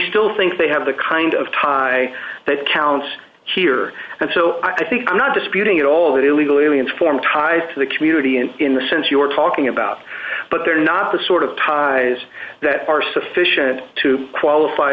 still think they have the kind of tie that counts here and so i think i'm not disputing it all that illegal aliens form ties to the community in in the sense you're talking about but they're not the sort of ties that are sufficient to qualify